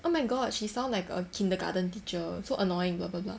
oh my god she sound like a kindergarten teacher so annoying blah blah blah